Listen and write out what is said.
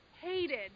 hated